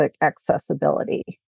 accessibility